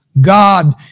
God